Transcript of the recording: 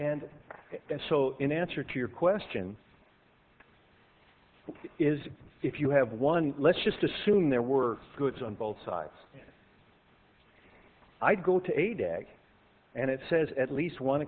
and and so in answer to your question is if you have one let's just assume there were goods on both sides i go to a day and it says at least